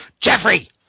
Jeffrey